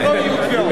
ולא יהיו תביעות.